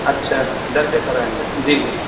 اچھا درج کرائیں گے جی جی